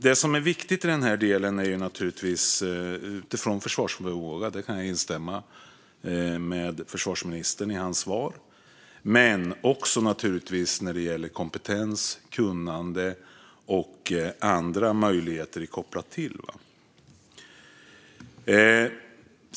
Det viktiga här är naturligtvis vår försvarsförmåga; där kan jag instämma med försvarsministern i hans svar. Men det handlar också om kompetens, kunnande och andra möjligheter som är kopplade till detta.